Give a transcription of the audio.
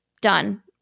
Done